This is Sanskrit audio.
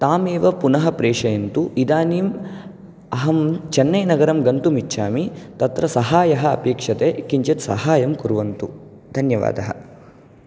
तां एव पुनः प्रेषयन्तु इदानीं अहं चेन्नैनगरं गन्तुं इच्छामि तत्र सहाय्यः अपेक्षते किञ्चित् सहायं कुर्वन्तु धन्यवादः